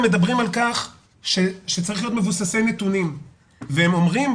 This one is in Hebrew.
הם מדברים על כך שצריך להיות מבוססי נתונים והם אומרים,